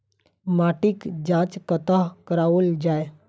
माटिक जाँच कतह कराओल जाए?